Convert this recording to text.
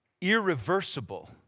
irreversible